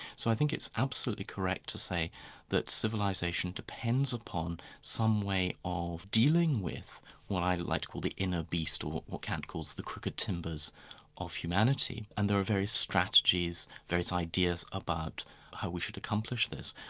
so i think it's absolutely correct to say that civilisation depends upon some way of dealing with what i like to call the inner beast, or what kant calls the crooked timbers of humanity, and there are various strategies, various ideas about how we should accomplish this.